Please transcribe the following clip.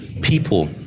People